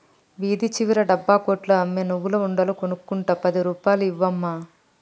వీధి చివర డబ్బా కొట్లో అమ్మే నువ్వుల ఉండలు కొనుక్కుంట పది రూపాయలు ఇవ్వు అమ్మా